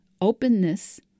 openness